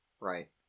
Right